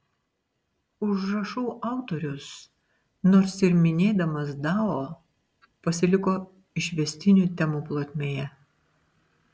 užrašų autorius nors ir minėdamas dao pasiliko išvestinių temų plotmėje